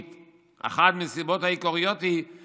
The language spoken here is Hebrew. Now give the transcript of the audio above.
זו שערורייה של ממש.